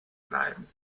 bleiben